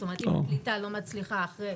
זאת אומרת אם הקליטה לא מצליחה אחרי